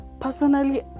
personally